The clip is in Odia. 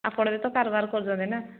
ଆପଣ ବି ତ କାରବାର କରୁଛନ୍ତି ନା